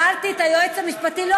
ושאלתי את היועץ המשפטי, תגידי איפה הכסף?